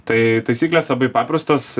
tai taisyklės labai paprastos